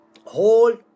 Hold